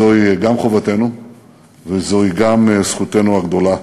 זוהי גם חובתנו וזוהי גם זכותנו הגדולה.